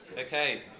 Okay